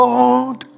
Lord